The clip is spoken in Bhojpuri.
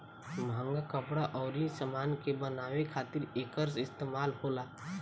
महंग कपड़ा अउर समान के बनावे खातिर एकर इस्तमाल होला